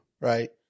right